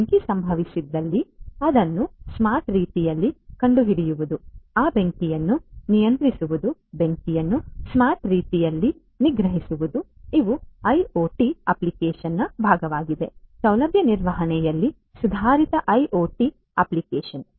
ಬೆಂಕಿ ಸಂಭವಿಸಿದಲ್ಲಿ ಅದನ್ನು ಸ್ಮಾರ್ಟ್ ರೀತಿಯಲ್ಲಿ ಕಂಡುಹಿಡಿಯುವುದು ಆ ಬೆಂಕಿಯನ್ನು ನಿಯಂತ್ರಿಸುವುದು ಬೆಂಕಿಯನ್ನು ಸ್ಮಾರ್ಟ್ ರೀತಿಯಲ್ಲಿ ನಿಗ್ರಹಿಸುವುದು ಇವು ಐಒಟಿ ಅಪ್ಲಿಕೇಶನ್ನ ಭಾಗವಾಗಿದೆ ಸೌಲಭ್ಯ ನಿರ್ವಹಣೆಯಲ್ಲಿ ಸುಧಾರಿತ ಐಒಟಿ ಅಪ್ಲಿಕೇಶನ್